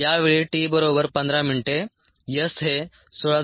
या वेळी t बरोबर 15 मिनिटे s हे 16